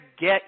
get